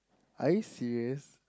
are you serious